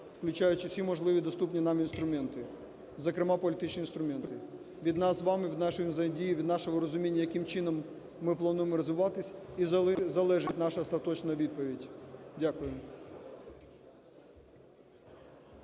включаючи всі можливі доступні нам інструменти, зокрема політичні інструменти. Від нас з вами, від нашої взаємодії, від нашого розуміння, яким чином ми плануємо розвиватись, і залежить наша остаточна відповідь. Дякую.